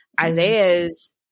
Isaiah's